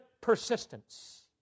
persistence